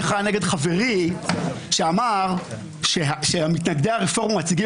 מחאה נגד חברי שאמר שמתנגדי הרפורמה מציגים